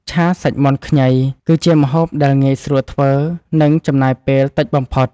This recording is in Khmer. ឆាសាច់មាន់ខ្ញី គឺជាម្ហូបដែលងាយស្រួលធ្វើ និងចំណាយពេលតិចបំផុត។